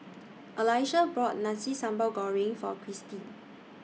Alesha bought Nasi Sambal Goreng For Christie